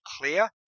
clear